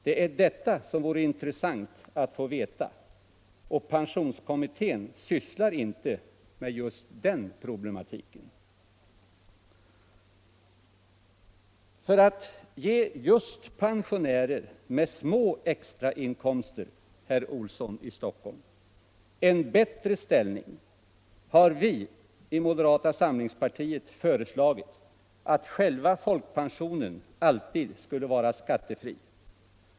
Det är detta som vore intressant att få veta, och pensionskommittén sysslar inte med just den problematiken. För att ge just pensionärer med små extrainkomster, herr Olsson i Stockholm, en bättre ställning har vi i moderata samlingspartiet föreslagit att själva folkpensionen alltid skulle vara skattefri.